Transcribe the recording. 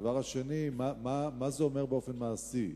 הדבר השני: מה זה אומר באופן מעשי?